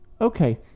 Okay